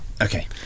okay